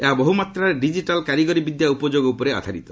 ଏହା ବହୁମାତ୍ରାରେ ଡିକିଟାଲ୍ କାରିଗରୀବିଦ୍ୟା ଉପଯୋଗ ଉପରେ ଆଧାରିତ